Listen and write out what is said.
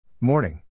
Morning